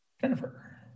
Jennifer